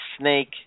snake